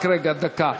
רק רגע, דקה.